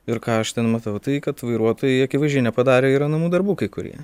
ir ką aš ten matau tai kad vairuotojai akivaizdžiai nepadarę yra namų darbų kai kurie